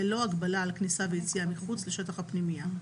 ללא הגבלה על כניסה ויציאה מחוץ לשטח הפנימייה,